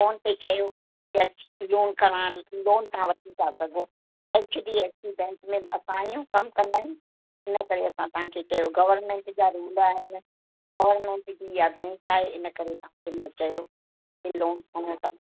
phone पिए चयो की अच लोन कराइणु लोन तव्हां वठी था सघो H D F C bank में बि असां आहियूं कमु कंदा आहियूं इन करे असां तव्हांखे चयो गवर्मेंट जा रुल आहिनि गवर्मेंट जी हीअ बैंक आहे इन करे तव्हांखे मां चयो की लोन खणी वठो